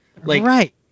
Right